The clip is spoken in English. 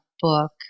book